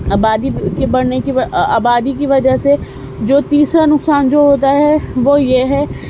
آبادی کے بڑھنے کی آبادی کی وجہ سے جو تیسرا نقصان جو ہوتا ہے وہ یہ ہے